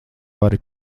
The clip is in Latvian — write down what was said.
vari